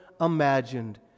imagined